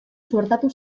suertatu